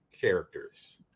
characters